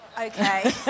Okay